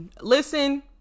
listen